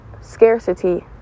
scarcity